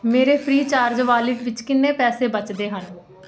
ਮੇਰੇ Freecharge wallet ਵਿੱਚ ਕਿੰਨੇ ਪੈਸੇ ਬਚਦੇ ਹਨ